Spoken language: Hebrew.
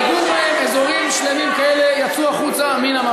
תרשום אותי, בבקשה.